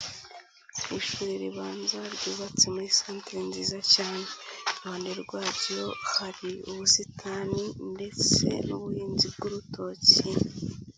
Ishuri ribanza ryubatse muri centere nziza cyane. Iruhande rwaryo hari ubusitani ndetse n'ubuhinzi bw'urutoki.